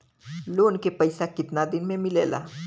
Loan के पैसा कितना दिन मे मिलेला?